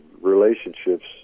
relationships